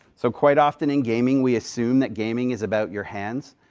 so, quite often in gaming, we assume that gaming is about your hands,